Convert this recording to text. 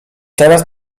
teraz